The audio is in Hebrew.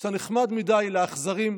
כשאתה נחמד מדי לאכזרים,